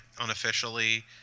unofficially